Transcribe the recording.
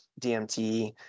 DMT